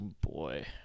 Boy